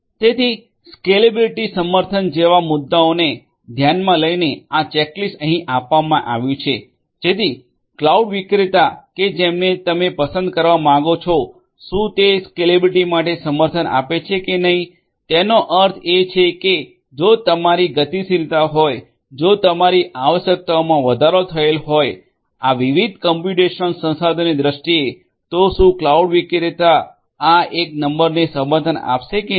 તેથી સ્કેલેબિલીટી સમર્થન જેવા મુદ્દાઓને ધ્યાનમા લઈને આ ચેકલિસ્ટ અહીં આપવામાં આવ્યુ છે જેથી ક્લાઉડ વિક્રેતા કે જેને તમે પસંદ કરવા માંગો છો શું તે સ્કેલેબિલીટી માટે સમર્થન આપે છે કે નથી તેનો અર્થ એ છે કે જો તમારી ગતિશીલતા હોય જો તમારી આવશ્યકતાઓમાં વધારો થયેલ હોય આ વિવિધ કોમ્પ્યુટેશનલ સંસાધનોની દ્રષ્ટિએ તો શું ક્લાઉડ વિક્રેતા આ એક નંબરને સમર્થન આપશે કે નહીં